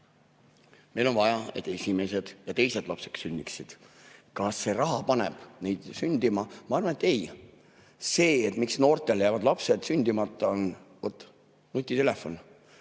Meil on vaja, et esimesed ja teised lapsed sünniksid. Kas see raha paneb neid sündima? Ma arvan, et ei. See, miks noortele jäävad lapsed sündimata, on vot nutitelefon.